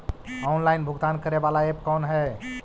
Online भुगतान करे बाला ऐप कौन है?